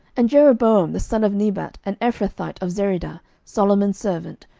and jeroboam the son of nebat, an ephrathite of zereda, solomon's servant,